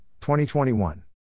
2021